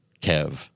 Kev